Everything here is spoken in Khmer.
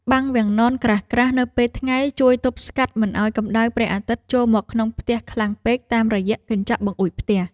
បាំងវាំងននក្រាស់ៗនៅពេលថ្ងៃត្រង់ជួយទប់ស្កាត់មិនឱ្យកម្តៅព្រះអាទិត្យចូលមកក្នុងផ្ទះខ្លាំងពេកតាមរយៈកញ្ចក់បង្អួចផ្ទះ។